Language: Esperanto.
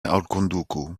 alkonduku